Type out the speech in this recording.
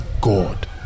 God